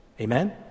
Amen